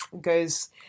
goes